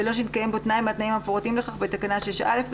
בלא שנתקיים בו תנאי מהתנאים המפורטים לכך בתקנה 6(א).